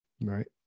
Right